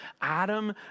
Adam